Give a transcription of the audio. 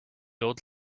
old